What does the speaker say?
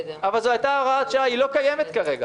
אבל זו הייתה הוראת שעה, היא לא קיימת כרגע.